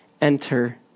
enter